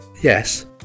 Yes